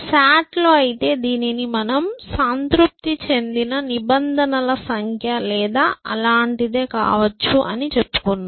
SAT లో అయితే దీనిని మనం సంతృప్తి చెందిన నిబంధనల సంఖ్య లేదా అలాంటిదే కావచ్చు అని చెప్పుకున్నాం